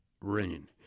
rain